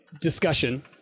discussion